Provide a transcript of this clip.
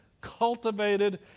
cultivated